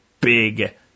big